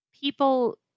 People